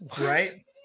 right